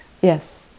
Yes